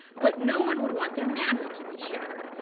but no one would want their manhood to be shattered.